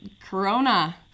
Corona